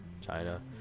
China